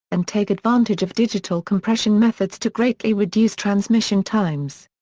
and take advantage of digital compression methods to greatly reduce transmission times.